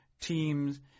teams